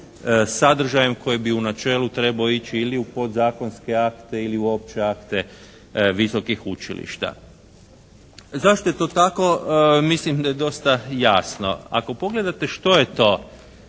sadržajem koji bi u načelu trebao ići ili u podzakonske akte ili u opće akte visokih učilišta. Zašto je to tako mislim da je dosta jasno. Ako pogledate što je to